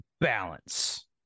balance